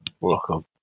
Welcome